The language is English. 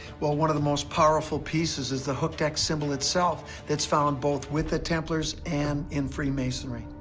well, one of the most powerful pieces is the hooked x symbol itself that's found both with the templars and in freemasonry.